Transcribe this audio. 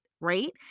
right